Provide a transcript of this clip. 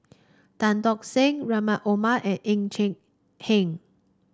Tan Tock Seng Rahim Omar and Ng Hen